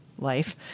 life